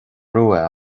rua